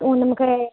हुन मूंखे